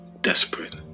desperate